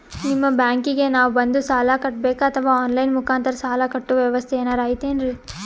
ನಿಮ್ಮ ಬ್ಯಾಂಕಿಗೆ ನಾವ ಬಂದು ಸಾಲ ಕಟ್ಟಬೇಕಾ ಅಥವಾ ಆನ್ ಲೈನ್ ಮುಖಾಂತರ ಸಾಲ ಕಟ್ಟುವ ವ್ಯೆವಸ್ಥೆ ಏನಾರ ಐತೇನ್ರಿ?